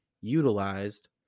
utilized